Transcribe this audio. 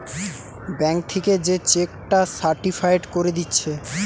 bank থিকে যে cheque টা সার্টিফায়েড কোরে দিচ্ছে